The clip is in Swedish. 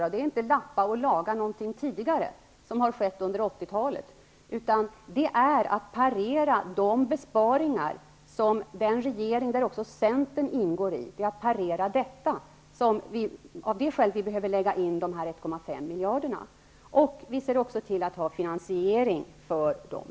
Det gäller inte att lappa och laga något som har skett under 80-talet. Det gäller att parera besparingarna från den regering där även Centern ingår. Det är av det skälet som vi behöver lägga in dessa 1,5 miljarder kronor. Vi ser också till att ha finansiering för dem.